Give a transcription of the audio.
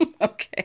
okay